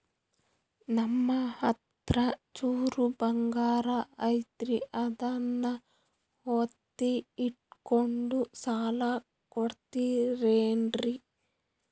ನಮ್ಮಹತ್ರ ಚೂರು ಬಂಗಾರ ಐತಿ ಅದನ್ನ ಒತ್ತಿ ಇಟ್ಕೊಂಡು ಸಾಲ ಕೊಡ್ತಿರೇನ್ರಿ?